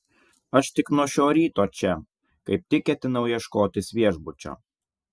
aš tik nuo šio ryto čia kaip tik ketinau ieškotis viešbučio